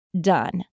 done